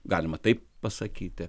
galima taip pasakyti